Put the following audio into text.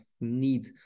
need